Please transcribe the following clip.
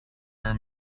her